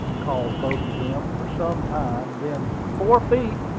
called both of them, for some time then, four feet.